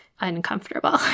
uncomfortable